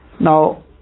Now